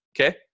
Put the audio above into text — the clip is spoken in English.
okay